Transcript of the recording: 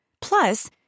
Plus